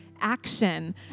Action